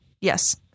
yes